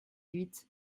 huit